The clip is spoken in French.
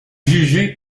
jugez